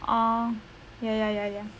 oh ya ya ya ya